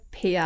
PR